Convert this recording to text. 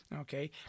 okay